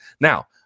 now